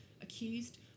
accused